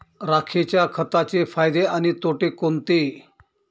राखेच्या खताचे फायदे आणि तोटे कोणते?